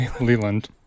Leland